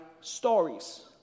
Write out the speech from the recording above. stories